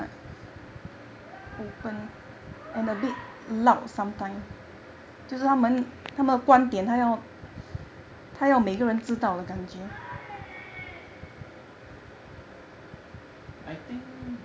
I think